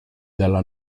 dalla